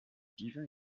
divin